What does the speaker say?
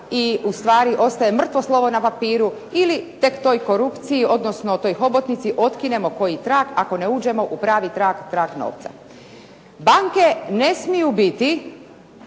i ustvari ostaje mrtvo slovo na papiru ili tek toj korupciji, odnosno toj hobotnici otkinemo koji trak, ako ne uđemo u pravi trak, trak novca. Banke ne smiju biti